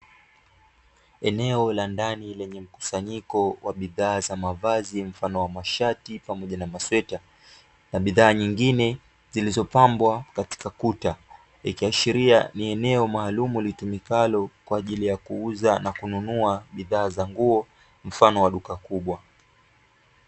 Eneo la ndani lenye mkusanyiko wa bidhaa za mavazi mfano wa mshati, pamoja na masweta. Bidhaa zingine zilizopambwa katika kuta, likiashiria ni eneo maalumu litumikalo kwa ajili ya kuuza, na kununua bidhaa za nguo mfano wa duka kubwa.